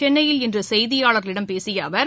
சென்னையில் இன்று செய்தியாளர்களிடம் பேசிய அவர்